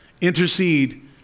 Intercede